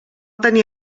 tenir